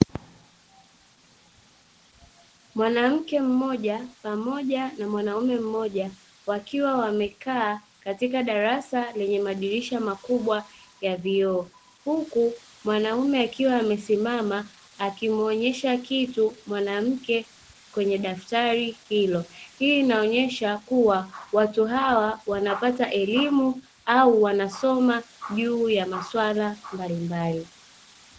Mwanamke mmoja pamoja na mwanamume mmoja wakiwa wamekaa katika darasa lenye madirisha makubwa ya vioo, huku mwanamume akiwa amesimama akimuonyesha kitu mwanamke kwenye daftari hilo; hii inaonyesha kuwa watu hawa wanapata elimu au wanasoma juu ya masuala mbalimbali.